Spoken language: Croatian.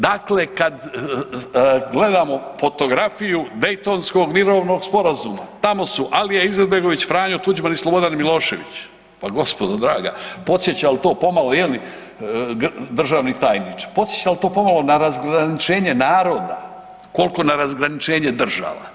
Dakle, kad gledamo fotografiju Daytonskog mirovnog sporazuma, tamo su Alija Izetbegović, Franjo Tuđman i Slobodan Milošević, pa gospodo draga podsjeća li to pomalo je li državni tajniče, podsjeća li to pomalo na razgraničenje naroda, koliko na razgraničenje država?